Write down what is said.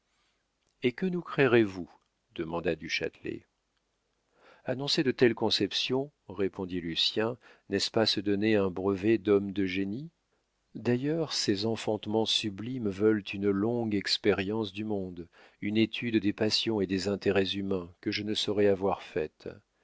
et que nous créerez vous demanda du châtelet annoncer de telles conceptions répondit lucien n'est-ce pas se donner un brevet d'homme de génie d'ailleurs ces enfantements sublimes veulent une longue expérience du monde une étude des passions et des intérêts humains que je ne saurais avoir